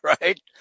Right